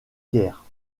guerre